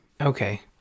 okay